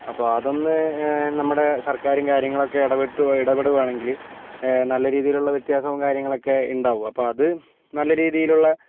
അപ്പോൾ അതൊന്ന് നമ്മുടെ സർക്കാരും കാര്യങ്ങളുമൊക്കെ ഇടപെട്ട് ഇടപെടുവാണെങ്കില് നല്ല രീതിയിലുള്ള വ്യത്യാസവും കാര്യങ്ങളുമൊക്കെ ഉണ്ടാകും അപ്പോൾ അത് നല്ല രീതിയിലുള്ള